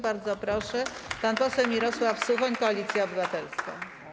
Bardzo proszę, pan poseł Mirosław Suchoń, Koalicja Obywatelska.